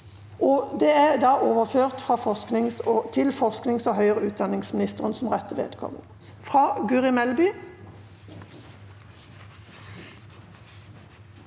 er overført til forsknings- og høyere utdanningsministeren som rette vedkommende. Guri Melby